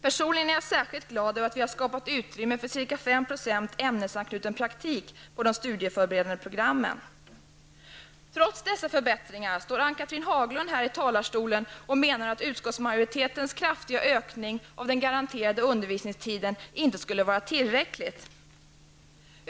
Personligen är jag särskilt glad över att vi har skapat utrymme för ca 5 procents ämnesanknuten praktik på de studieförberedande programmen. Trots dessa förbättringar står Ann-Cathrine Haglund här i talarstolen och säger att utskottsmajoritetens kraftiga ökning av den garanterade undervisningstiden inte skulle vara tillräcklig.